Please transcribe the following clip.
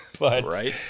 Right